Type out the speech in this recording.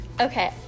Okay